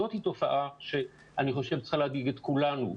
זאת תופעה שצריכה להדאיג את כולנו.